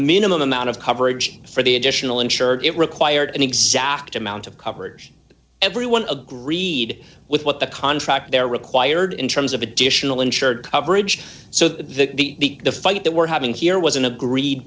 minimum amount of coverage for the additional insured it required an exact amount of coverage everyone agreed with what the contract there required in terms of additional insured coverage so that the the fight that we're having here was an agreed